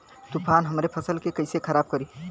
तूफान हमरे फसल के कइसे खराब करी?